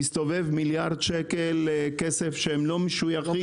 והוא שמסתובבים מיליארד ₪ שלא משויכים.